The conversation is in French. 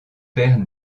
père